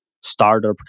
startup